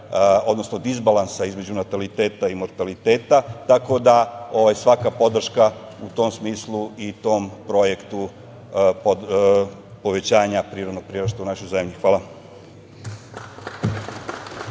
odnosno disbalansa između nataliteta i mortaliteta. Tako da svaka podrška u tom smislu i tom projektu povećanja prirodnog priraštaja u našoj zemlji. Hvala.